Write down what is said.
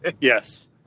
Yes